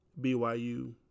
BYU